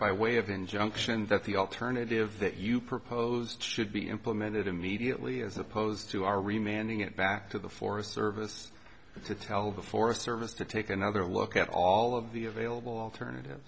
by way of injunction that the alternative that you propose should be implemented immediately as opposed to our remaining it back to the forest service to tell the forest service to take another look at all of the available alternative